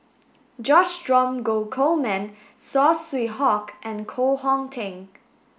George Dromgold Coleman Saw Swee Hock and Koh Hong Teng